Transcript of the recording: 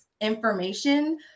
information